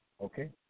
Okay